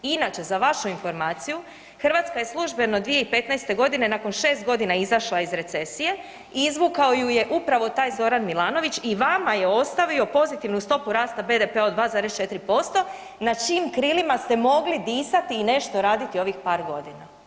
Inače za vašu informaciju, Hrvatska je službeno 2015. godine nakon 6 godina izašla iz recesije i izvukao ju je upravo taj Zoran Milanović i vama je ostavio pozitivnu stopu rasta BDP-a od 2,4% na čijim ste krilima mogli disati i nešto raditi ovih par godina.